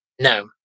No